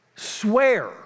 Swear